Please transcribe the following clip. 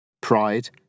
pride